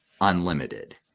unlimited